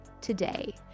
today